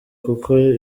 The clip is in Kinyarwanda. kuko